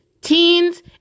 Teens